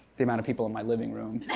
the amount of people in my living room,